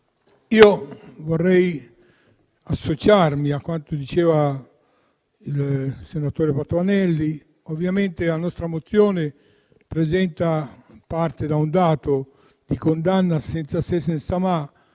vorrei associarmi a quanto detto dal senatore Patuanelli. Ovviamente la nostra mozione parte da un dato di condanna senza se e senza ma